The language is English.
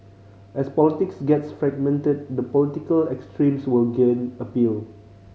as politics gets fragmented the political extremes will gain appeal